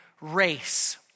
race